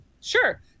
sure